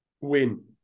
Win